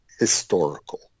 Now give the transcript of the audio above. historical